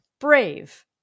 Brave